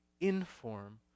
inform